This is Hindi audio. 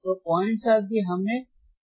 तो पॉइंट था कि हम क्यों नहीं देख पा रहे थे